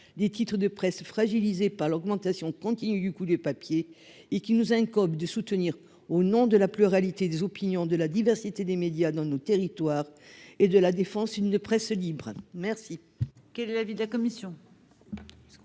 des titres de presse fragilisé par l'augmentation continue du coût les papiers et qui nous incombe de soutenir, au nom de la pluralité des opinions de la diversité des médias dans nos territoires et de la Défense, une presse libre, merci.